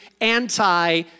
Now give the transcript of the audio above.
anti